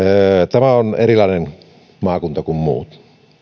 tämä on erilainen maakunta kuin muut